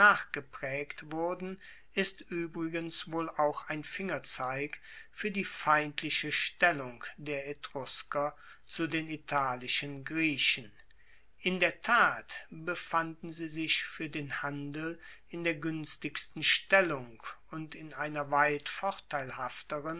nachgepraegt wurden ist uebrigens wohl auch ein fingerzeig fuer die feindliche stellung der etrusker zu den italischen griechen in der tat befanden sie sich fuer den handel in der guenstigsten stellung und in einer weit vorteilhafteren